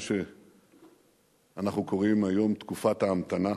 מה שאנחנו קוראים היום "תקופת ההמתנה".